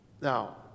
Now